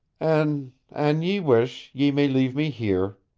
an. an ye wish, ye may leave me here.